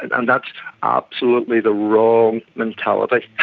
and and that's absolutely the wrong mentality.